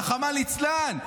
רחמנא ליצלן,